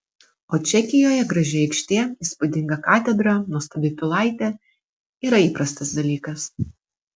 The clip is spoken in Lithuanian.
o čekijoje graži aikštė įspūdinga katedra nuostabi pilaitė yra įprastas dalykas